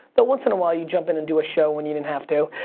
but once in a while, you jump in into a show when you didn't have to.